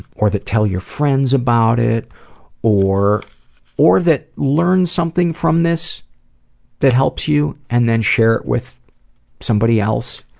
or that tell your friends about it or or that learn something from this that helps you and then share it with somebody else.